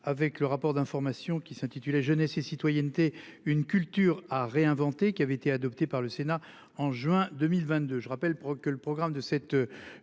avec le rapport d'information qui s'intitulait jeunesse et citoyenneté une culture à réinventer qui avait été adoptée par le Sénat en juin 2022. Je rappelle que le programme de cette